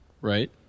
right